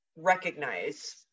recognize